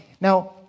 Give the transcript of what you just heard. Now